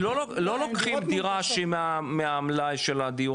זאת אומרת לא לוקחים דירה שמהמלאי של הדיור